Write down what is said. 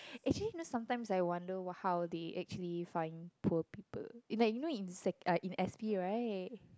actually you know sometimes I wonder w~ how they actually find poor people and like you know in sec~ uh in S_P right